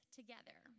together